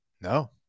No